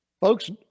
Folks